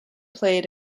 played